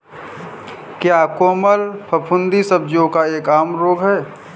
क्या कोमल फफूंदी सब्जियों का एक आम रोग है?